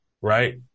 right